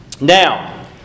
Now